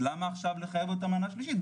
אז למה עכשיו לחייב אותם במנה שלישית?